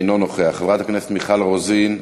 אינו נוכח, חברת הכנסת מיכל רוזין,